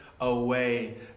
away